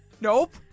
nope